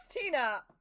tina